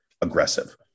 aggressive